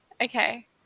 okay